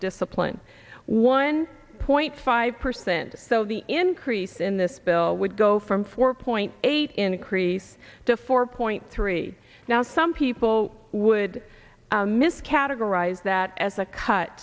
discipline one point five percent so the increase in this bill would go from four point eight increase to four point three now some people would miss categorize that as a cut